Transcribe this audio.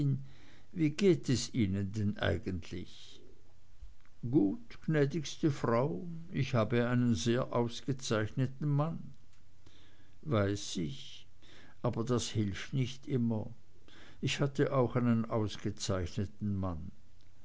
wie geht es ihnen denn eigentlich gut gnädigste frau ich habe einen sehr ausgezeichneten mann weiß ich aber das hilft nicht immer ich hatte auch einen ausgezeichneten mann